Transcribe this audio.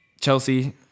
Chelsea